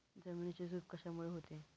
जमिनीची धूप कशामुळे होते?